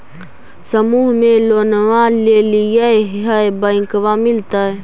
समुह मे लोनवा लेलिऐ है बैंकवा मिलतै?